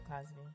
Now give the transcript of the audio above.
Cosby